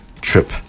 trip